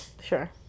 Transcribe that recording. Sure